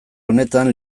honetan